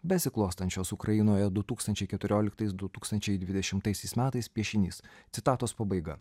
besiklostančios ukrainoje du tūkstančiai keturioliktais du tūkstančiai dvidešimtaisiais metais piešinys citatos pabaiga